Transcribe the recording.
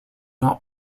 not